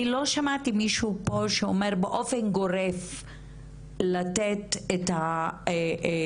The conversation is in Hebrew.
אני לא שמעתי מישהו פה שאומר באופן גורף לתת את ה-בוא